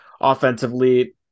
Offensively